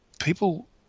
people